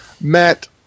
Matt